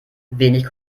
wenig